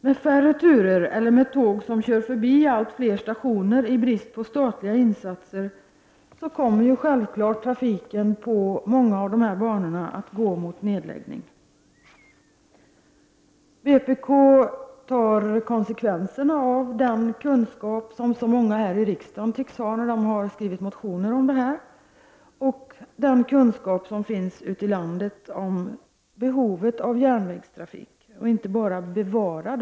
Med färre turer eller med tåg som kör förbi allt fler stationer i brist på statliga insatser kommer självfallet trafiken på många banor att gå mot nedläggning. Vpk tar konsekvenserna av den kunskap som så många här i riksdagen tycks ha — de har ju skrivit motioner om detta — och den kunskap som finns ute i landet om behovet av järnvägstrafik. Det gäller inte bara att bevara Prot.